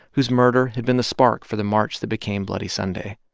whose murder had been the spark for the march that became bloody sunday.